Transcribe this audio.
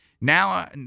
now